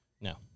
No